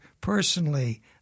personally